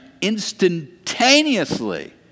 instantaneously